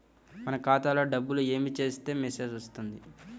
మన ఖాతాలో డబ్బులు ఏమి చేస్తే మెసేజ్ వస్తుంది?